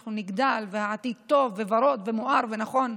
שאנחנו נגדל והעתיד טוב וורוד ומואר ונכון.